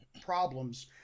problems